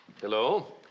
Hello